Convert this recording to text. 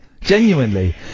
Genuinely